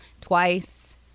twice